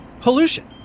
pollution